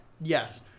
Yes